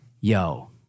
yo